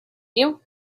you